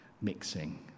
mixing